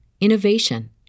innovation